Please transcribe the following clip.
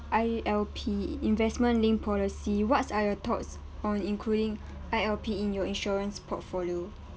I_L_P investment linked policy what are your thoughts on including I_L_P in your insurance portfolio